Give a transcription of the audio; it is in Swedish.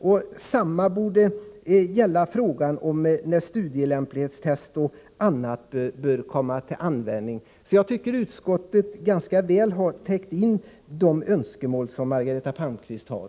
Detsamma borde gälla frågan om när studielämplighetstest o. d. bör komma till användning. Jag tycker att utskottet ganska väl har täckt in de önskemål som Margareta Palmqvist har.